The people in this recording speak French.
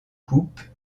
coupe